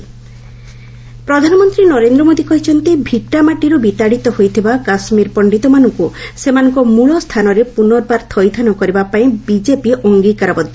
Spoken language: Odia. ପିଏମ୍ କାଠୁଆ ର୍ୟାଲି ପ୍ରଧାନମନ୍ତ୍ରୀ ନରେନ୍ଦ୍ର ମୋଦି କହିଛନ୍ତି ଭିଟାମାଟିରୁ ବିତାଡିତ ହୋଇଥିବା କାଶ୍ମୀର ପଣ୍ଡିତମାନଙ୍କୁ ସେମାନଙ୍କ ମୂଳ ସ୍ଥାନରେ ପୁର୍ନବାର ଥଇଥାନ କରିବା ପାଇଁ ବିଜେପି ଅଙ୍ଗୀକାରବଦ୍ଧ